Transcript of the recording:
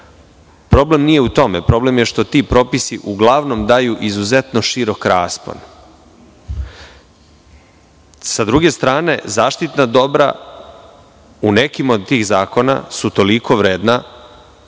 Problem je u tome što ti propisi uglavnom daju izuzetno širok raspon. Sa druge strane, zaštitna dobra u nekim od tih zakona su toliko vredna